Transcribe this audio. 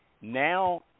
now